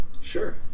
Sure